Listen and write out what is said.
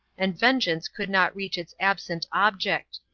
and vengeance could not reach its absent object.